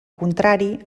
contrari